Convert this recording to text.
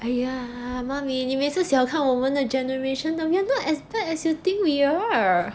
!aiya! 妈咪你每次看我们的 generation we are not as bad as you think we are